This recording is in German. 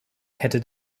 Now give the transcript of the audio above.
hätte